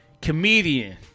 comedian